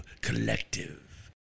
collective